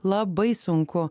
labai sunku